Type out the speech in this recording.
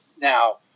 now